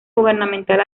gubernamental